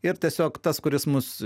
ir tiesiog tas kuris mus